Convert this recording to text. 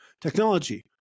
Technology